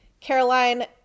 Caroline